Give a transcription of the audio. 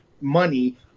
money